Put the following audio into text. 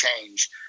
change